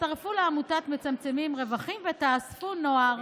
תצטרפו לעמותת "מצמצמים רווחים" ותאספו נוער.